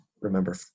remember